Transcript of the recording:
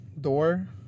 door